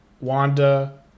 Wanda